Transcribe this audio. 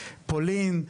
פולין,